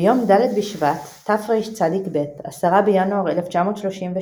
ביום ד' בשבט תרצ"ב, 10 בינואר 1932,